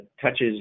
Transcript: touches